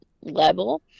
Level